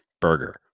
burger